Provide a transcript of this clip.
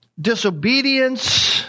disobedience